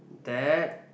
that